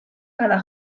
cada